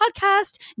podcast